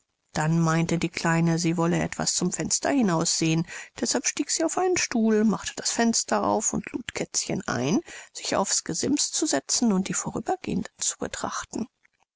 dann meinte die kleine sie wolle etwas zum fenster hinaus sehen deshalb stieg sie auf einen stuhl machte das fenster auf und lud kätzchen ein sich aufs gesims zu setzen und die vorübergehenden zu betrachten